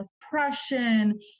depression